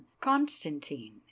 Constantine